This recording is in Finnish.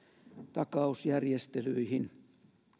takausjärjestelyihin